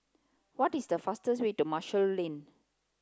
what is the easiest way to Marshall Lane